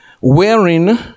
Wherein